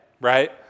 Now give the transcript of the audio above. right